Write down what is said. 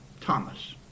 Thomas